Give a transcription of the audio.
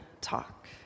talk